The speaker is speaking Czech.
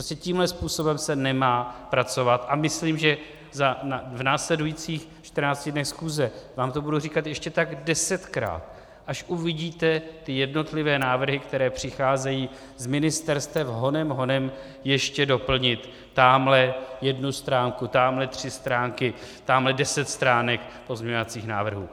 Prostě tímhle způsobem se nemá pracovat a myslím, že v následujících čtrnácti dnech schůze vám to budu říkat ještě tak desetkrát, až uvidíte ty jednotlivé návrhy, které přicházejí z ministerstev honem, honem, ještě doplnit tamhle jednu stránku, tamhle tři stránky, tamhle deset stránek pozměňovacích návrhů.